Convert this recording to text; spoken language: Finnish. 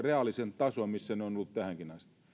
reaalisen tason missä ne ovat olleet tähänkin asti